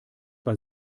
bei